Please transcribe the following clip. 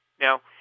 Now